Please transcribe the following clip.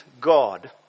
God